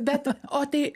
bet o tai